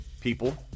people